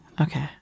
Okay